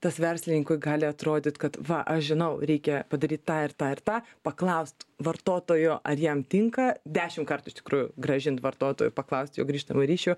tas verslininkui gali atrodyt kad va aš žinau reikia padaryt tą ir tą ir tą paklaust vartotojo ar jam tinka dešimt kartų iš tikrųjų grąžint vartotojui paklaust jo grįžtamojo ryšio